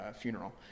funeral